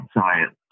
science